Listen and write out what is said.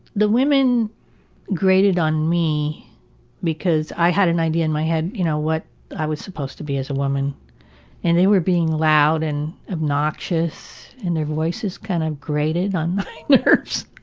the women grated on me because i had an idea in my head on you know what i was supposed to be as a woman and they were being loud and obnoxious and their voices kind of grated on my nerves.